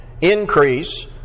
increase